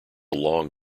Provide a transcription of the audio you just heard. long